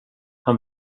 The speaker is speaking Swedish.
han